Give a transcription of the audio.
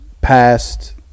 past